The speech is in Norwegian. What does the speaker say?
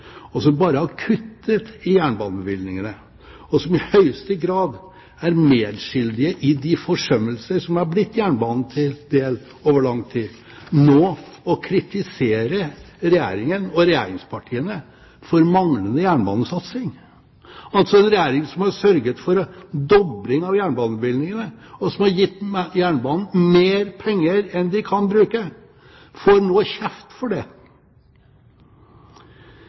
jernbanen, som bare har kuttet i jernbanebevilgningene, og som i høyeste grad er medskyldige i de forsømmelser som har blitt jernbanen til del over lang tid, nå å kritisere Regjeringen og regjeringspartiene for manglende jernbanesatsing. En regjering som har sørget for dobling av jernbanemidlene, og som har gitt jernbanen mer penger enn de kan bruke, får nå kjeft for det.